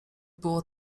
było